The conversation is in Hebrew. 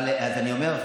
אז אני אומר,